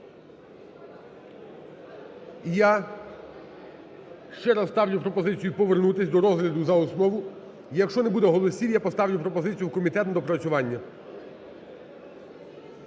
я ще раз ставлю пропозицію повернутись до розгляду за основу. Якщо не буде голосів я поставлю пропозицію в комітет на доопрацювання.